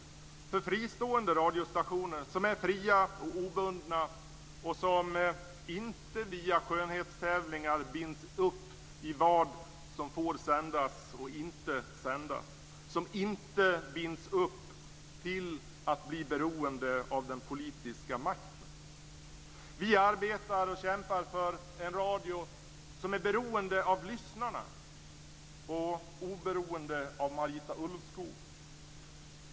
Vi slåss för fristående radiostationer som är fria och obundna och som inte via skönhetstävlingar binds upp i fråga om vad som får sändas och vad som inte får sändas. Vi slåss för radiostationer som inte binds till ett beroende av den politiska makten. Vi arbetar och kämpar för en radio som är beroende av lyssnarna och oberoende av Marita Ulvskog.